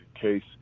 case